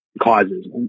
causes